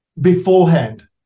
beforehand